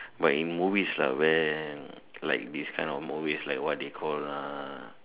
but in movies lah where like in this type of movies like what they call uh